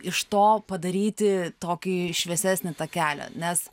iš to padaryti tokį šviesesnį tą kelią nes